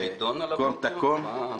זה חידון על הבוקר או מה?